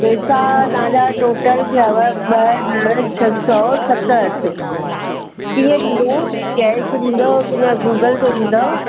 पेसा तव्हांजा टोटल थियव ॿ हज़ार छह सौ सतहठि कीअं ॾींदौव कैश ॾींदौव कि न गूगल पे ॾींदौव